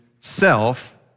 self